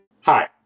Hi